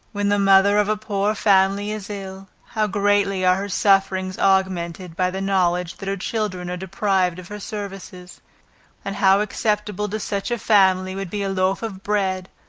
when the mother of a poor family is ill, how greatly are her sufferings augmented by the knowledge that her children are deprived of her services and how acceptable to such a family would be a loaf of bread,